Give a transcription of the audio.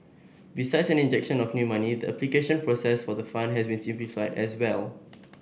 besides an injection of new money the application process for the fund has been simplified as well